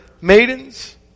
maidens